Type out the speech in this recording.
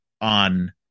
on